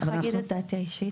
אני יכולה להגיד את דעתי האישית?